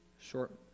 short